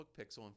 pixel